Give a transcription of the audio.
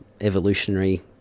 evolutionary